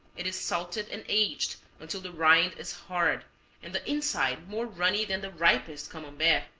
it is salted and aged until the rind is hard and the inside more runny than the ripest camembert,